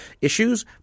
issues